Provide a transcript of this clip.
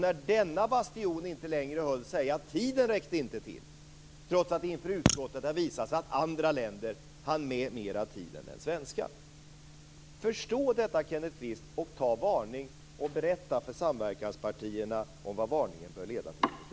När denna bastion inte längre höll, säger man att tiden inte räckte till trots att det inför utskottet har visats att andra länder hann med mer än den svenska. Förstå detta, Kenneth Kvist, och ta varning och berätta för samverkanspartierna vilka slutsatser varningen bör leda till.